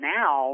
now